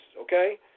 okay